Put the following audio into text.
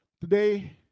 Today